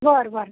बरं बरं